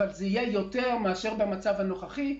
אבל לפחות זה יהיה יותר מאשר במצב הנוכחי.